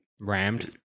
Rammed